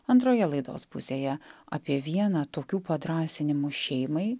antroje laidos pusėje apie vieną tokių padrąsinimų šeimai